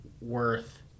worth